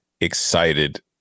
excited